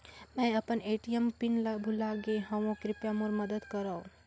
मैं अपन ATM pin ल भुला गे हवों, कृपया मोर मदद करव